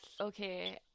okay